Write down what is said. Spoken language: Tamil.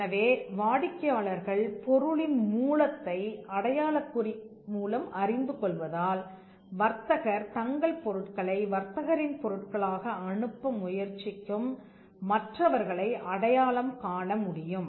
எனவே வாடிக்கையாளர்கள் பொருளின் மூலத்தை அடையாளக்குறி மூலம் அறிந்து கொள்வதால் வர்த்தகர் தங்கள் பொருட்களை வர்த்தகரின் பொருட்களாக அனுப்ப முயற்சிக்கும் மற்றவர்களை அடையாளம் காணமுடியும்